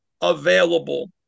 available